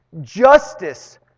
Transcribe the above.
Justice